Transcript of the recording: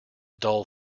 dull